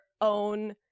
own